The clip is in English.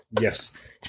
Yes